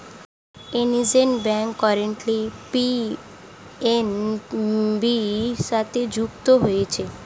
union bank currently PNB সাথে যুক্ত হয়েছে